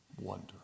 Wonder